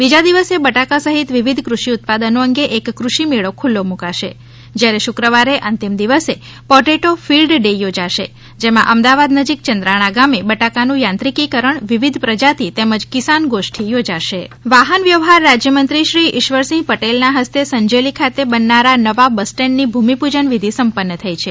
બીજા દિવસે બટાકા સહીત વિવિધ કૃષિ ઉત્પાદનો અંગે એક કૃષિમેળો ખુલો મુકાશે જયારે શુક્રવારે અંતિમ દિવસે પોટેટો ફિલ્ડ ડે યોજાશે જેમાં અમદાવાદ નજીક ચંદ્રાણા ગામે બટાકાનું યાંત્રિકીકરણ વિવિધ પ્રજાતિ તેમજ કિસાન ગોષ્ઠી યોજાશે નવા બસ સ્ટેન્ડ વાહનવ્યવહાર રાજ્યમંત્રી શ્રી ઇશ્વરસિંહ પટેલના હસ્તે સંજેલી ખાતે બનનારા નવા બસ સ્ટેન્ડની ભૂમિપૂજન વિધિ સપન્ન થઇ છે